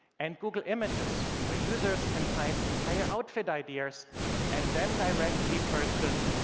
and google images, where users can find entire outfit ideas and then directly purchase,